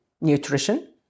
nutrition